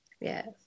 Yes